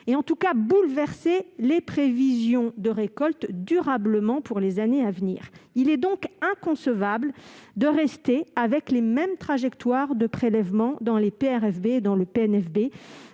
durablement les prévisions de récolte pour les années à venir. Il est donc inconcevable de rester avec les mêmes trajectoires de prélèvements dans les PRFB et le PNFB,